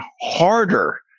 harder